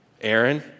Aaron